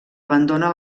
abandona